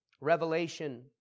Revelation